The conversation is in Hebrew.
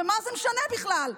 ומה זה משנה בכלל?